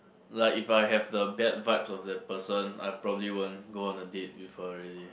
like if I have the bad vibes of the person I probably won't go on a date with her already